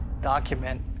document